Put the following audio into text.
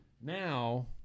Now